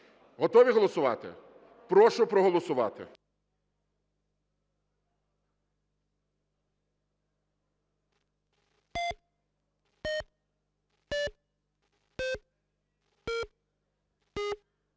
Готові голосувати? Прошу проголосувати.